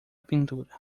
pintura